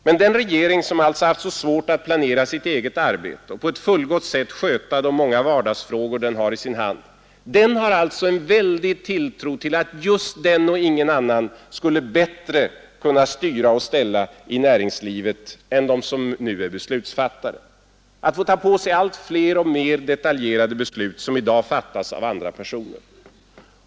Men denna regering, som alltså haft så svårt att planera sitt eget arbete och på ett fullgott sätt sköta de många vardagsfrågor den har i sin hand, har en väldig tilltro till att just den och ingen annan skulle bättre kunna styra och ställa i näringslivet än de som nu är beslutsfattare, att få ta på sig allt fler och alltmer detaljerade beslut, som i dag fattas av andra personer.